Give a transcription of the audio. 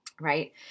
Right